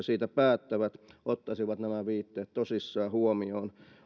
siitä päättävät ottaisivat nämä viitteet tosissaan huomioon